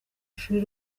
ishuri